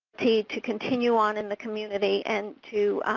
to to continue on in the community and to